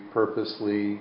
purposely